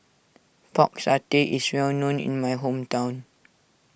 Pork Satay is well known in my hometown